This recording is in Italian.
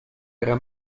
era